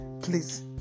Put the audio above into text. please